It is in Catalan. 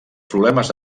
problemes